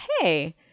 hey